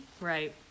right